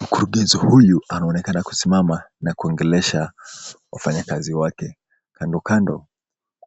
Mkurugenzi huyu anaonekana kusimama na kuongelesha wafanyakazi wake. Kando kando